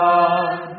God